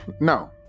no